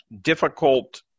difficult